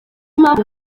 impamvu